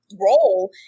role